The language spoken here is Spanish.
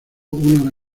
una